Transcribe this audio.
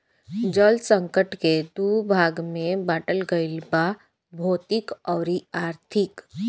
जल संकट के दू भाग में बाटल गईल बा भौतिक अउरी आर्थिक